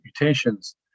mutations